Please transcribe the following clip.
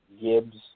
Gibbs